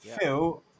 Phil